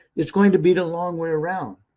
is going to be the long way around.